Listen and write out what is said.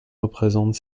représentent